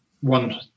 one